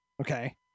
Okay